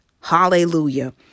Hallelujah